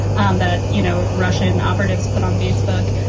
um that, you know, russian operatives put on facebook.